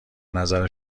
نظر